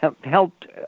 helped